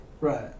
Right